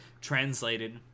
translated